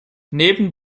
neben